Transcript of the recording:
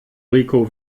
rico